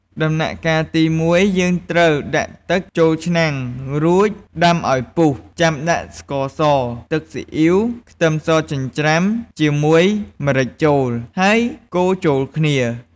ដំណាក់កាលទី១ យើងត្រូវដាក់ទឹកចូលឆ្នាំង រួចដាំឱ្យពុះ ចាំដាក់ស្ករស ទឹកស៊ីអ៉ីវ ខ្ទឹមសចិញ្ច្រាំជាមួយម្រេចចូល ហើយកូរចូលគ្នា។